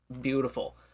beautiful